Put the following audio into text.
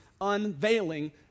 unveiling